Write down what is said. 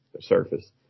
surface